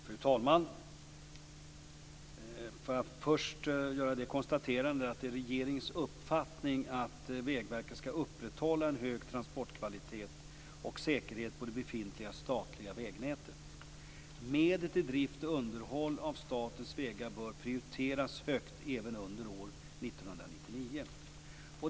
Fru talman! Först vill jag göra ett konstaterande. Det är regeringens uppfattning att Vägverket skall upprätthålla en hög transportkvalitet och säkerhet på det befintliga statliga vägnätet. Medel till drift och underhåll av statens vägar bör prioriteras högt även under år 1999.